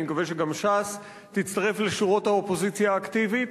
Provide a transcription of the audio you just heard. אני מקווה שגם ש"ס תצטרף לשורות האופוזיציה האקטיבית,